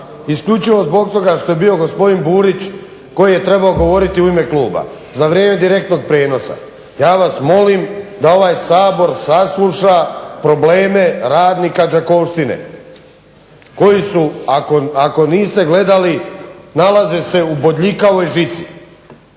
isključivo zbog toga što je bio gospodin Burić koji je trebao govoriti u ime kluba za vrijeme direktnog prijenosa. Ja vas molim da ovaj Sabor sasluša probleme radnika Đakovštine koji su ako niste gledali nalaze se u bodljikavoj žici.